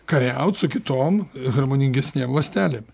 kariaut su kitom harmoningesnėm ląstelėm